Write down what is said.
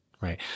right